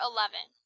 Eleven